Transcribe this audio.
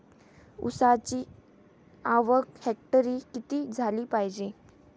ऊसाची आवक हेक्टरी किती झाली पायजे?